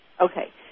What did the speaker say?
Okay